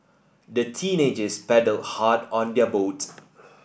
the teenagers paddled hard on their boat